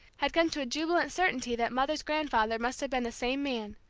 had come to a jubilant certainty that mother's grandfather must have been the same man.